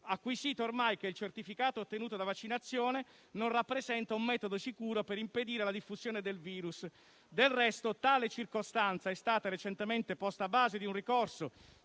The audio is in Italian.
acquisito ormai che il certificato ottenuto dopo la vaccinazione non rappresenta un metodo sicuro per impedire la diffusione del *virus*. Del resto, tale circostanza è stata recentemente posta a base di un ricorso